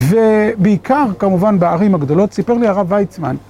ובעיקר כמובן בערים הגדולות, סיפר לי הרב ויצמן.